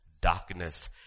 darkness